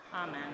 amen